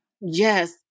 yes